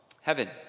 Heaven